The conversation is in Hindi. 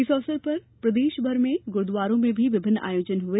इस अवसर पर प्रदेश के गुरूद्वारों में भी विभिन्न आयोजन हुए